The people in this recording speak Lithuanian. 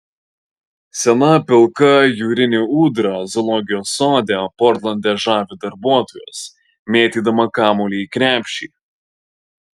sena pilka jūrinė ūdra zoologijos sode portlande žavi darbuotojus mėtydama kamuolį į krepšį